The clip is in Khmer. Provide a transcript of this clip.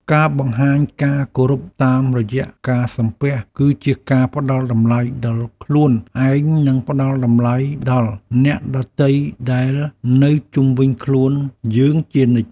ការបង្ហាញការគោរពតាមរយៈការសំពះគឺជាការផ្តល់តម្លៃដល់ខ្លួនឯងនិងផ្តល់តម្លៃដល់អ្នកដទៃដែលនៅជុំវិញខ្លួនយើងជានិច្ច។